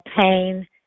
pain